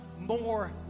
more